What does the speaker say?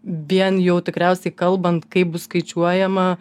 vien jau tikriausiai kalbant kaip bus skaičiuojama